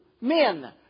men